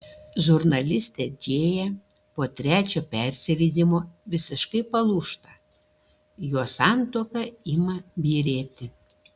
žurnalistė džėja po trečio persileidimo visiškai palūžta jos santuoka ima byrėti